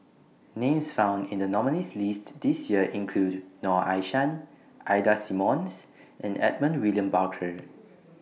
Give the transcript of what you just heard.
Names found in The nominees' list This Year include Noor Aishah Ida Simmons and Edmund William Barker